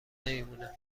نمیمونه